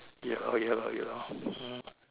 ya lah ya lah ya lah hmm